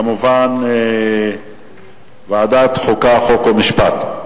כמובן, לוועדת החוקה, חוק ומשפט.